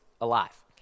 alive